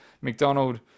McDonald